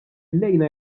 illejla